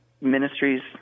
ministries